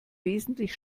wesentlich